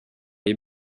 les